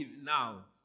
now